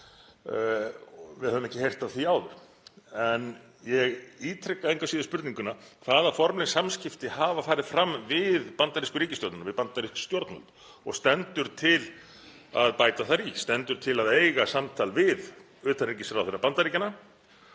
Við höfum ekki heyrt af því áður. Ég ítreka engu að síður spurninguna: Hvaða formleg samskipti hafa farið fram við bandarísku ríkisstjórnina, við bandarísk stjórnvöld, og stendur til að bæta þar í? Stendur til að eiga samtal við utanríkisráðherra Bandaríkjanna